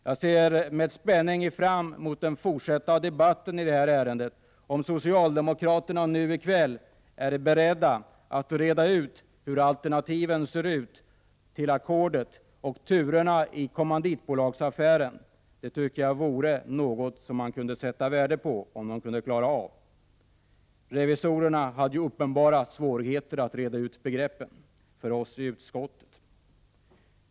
Jag ser med spänning fram emot den fortsatta debatten i detta ärende. Är socialdemokraterna i kväll beredda att reda ut hur alternativen ser ut till ackordet och turerna i kommanditbolagsaffären? Det vore något att sätta 147 värde på om de kunde klara av detta. Revisorerna hade uppenbara svårigheter att reda ut begreppen för oss i utskottet.